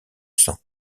sang